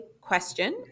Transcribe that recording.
question